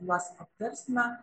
juos aptarsime